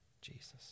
Jesus